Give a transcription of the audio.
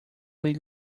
lead